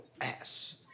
ass